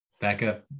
backup